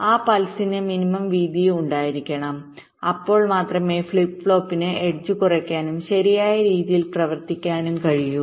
ആ പൾസിന് മിനിമം വീതി ഉണ്ടായിരിക്കണം അപ്പോൾ മാത്രമേ ഫ്ലിപ്പ് ഫ്ലോപ്പിന് എഡ്ജ് കുറയ്ക്കാനും ശരിയായ രീതിയിൽ പ്രവർത്തിക്കാനും കഴിയൂ